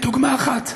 דוגמה אחת: